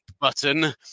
button